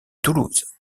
toulouse